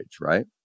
right